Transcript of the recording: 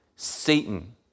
Satan